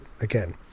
again